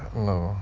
no